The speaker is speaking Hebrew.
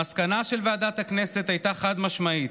המסקנה של ועדת הכנסת הייתה חד-משמעית,